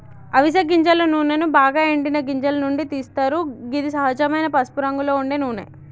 అవిస గింజల నూనెను బాగ ఎండిన గింజల నుండి తీస్తరు గిది సహజమైన పసుపురంగులో ఉండే నూనె